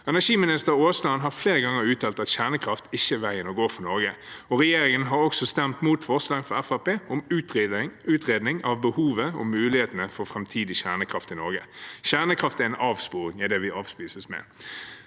Energiminister Aasland har flere ganger uttalt at kjernekraft ikke er veien å gå for Norge, og regjeringspartiene har også stemt imot forslag fra Fremskrittspartiet om utredning av behovet og mulighetene for framtidig kjernekraft i Norge. Kjernekraft er en avsporing, er det vi avspises med.